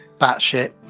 batshit